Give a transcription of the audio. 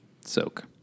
Soak